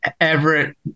Everett